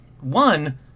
One